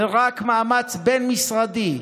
ורק מאמץ בין-משרדי,